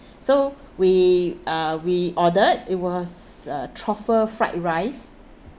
so we uh we ordered it was uh truffle fried rice